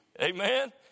amen